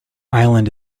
island